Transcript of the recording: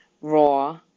raw